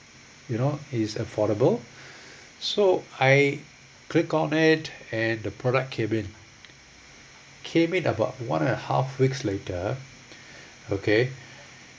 you know it's affordable so I click on it and the product came in came in about one and a half weeks later okay